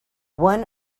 one